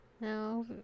no